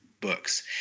books